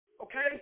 okay